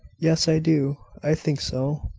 yes, i do i think so.